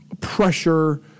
pressure